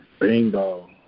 Bingo